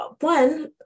one